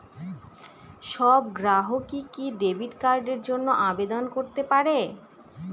সব গ্রাহকই কি ডেবিট কার্ডের জন্য আবেদন করতে পারে?